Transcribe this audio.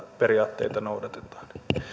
tioperiaatteita noudatetaan